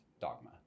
dogma